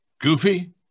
Goofy